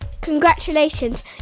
Congratulations